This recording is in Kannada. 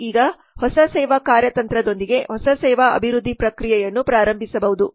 ನಾವು ಈಗ ಹೊಸ ಸೇವಾ ಕಾರ್ಯತಂತ್ರದೊಂದಿಗೆ ಹೊಸ ಸೇವಾ ಅಭಿವೃದ್ಧಿ ಪ್ರಕ್ರಿಯೆಯನ್ನು ಪ್ರಾರಂಭಿಸಬಹುದು